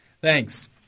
Thanks